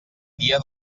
tia